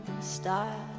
style